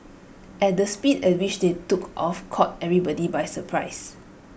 at the speed at which they took off caught everybody by surprise